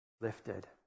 lifted